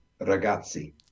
ragazzi